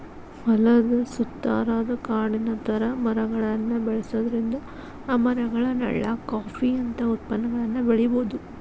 ಹೊಲದ ಸುತ್ತಾರಾದ ಕಾಡಿನ ತರ ಮರಗಳನ್ನ ಬೆಳ್ಸೋದ್ರಿಂದ ಆ ಮರಗಳ ನೆಳ್ಳಾಗ ಕಾಫಿ ಅಂತ ಉತ್ಪನ್ನಗಳನ್ನ ಬೆಳಿಬೊದು